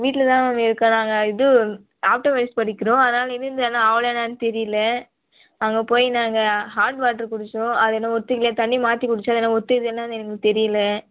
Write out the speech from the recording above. வீட்டில் தான் மேம் இருக்கேன் நாங்கள் இது ஆக்டோமைஸ் படிக்கிறோம் அதனால் நின்றுட்டிருந்த என்னென்னு தெரியல அங்கேப்போய் நாங்கள் ஹாட் வாட்ரு குடிச்சோம் அது எனக்கு ஒத்துக்கலையா தண்ணி மாற்றி குடிச்சோம் எது ஒத்துக்கலையா என்னென்னு எனக்கு தெரியல